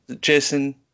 Jason